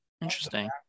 Interesting